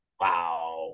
wow